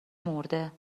مرده